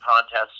contest